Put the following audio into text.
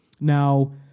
Now